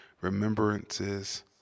remembrances